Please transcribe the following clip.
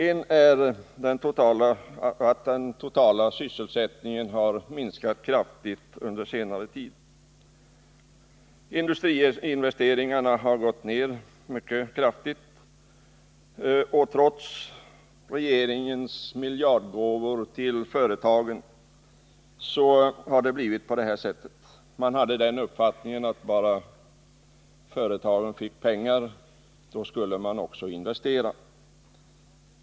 Ett är att den totala sysselsättningen har minskat avsevärt under senare tid. Industriinvesteringarna har gått ned mycket kraftigt. Trots regeringens miljardgåvor till företagen har det blivit så. Man hade den uppfattningen att bara företagen fick pengar, då skulle de också investera.